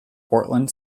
portland